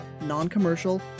non-commercial